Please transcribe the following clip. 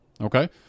Okay